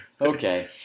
Okay